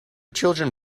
children